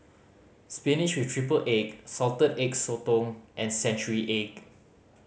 spinach with triple egg Salted Egg Sotong and century egg